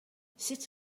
sut